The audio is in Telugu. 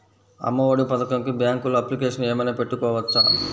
అమ్మ ఒడి పథకంకి బ్యాంకులో అప్లికేషన్ ఏమైనా పెట్టుకోవచ్చా?